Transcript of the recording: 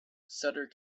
sutter